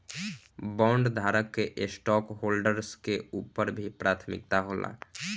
बॉन्डधारक के स्टॉकहोल्डर्स के ऊपर भी प्राथमिकता होला